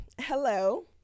hello